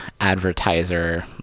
advertiser